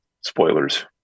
spoilers